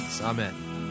amen